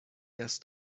است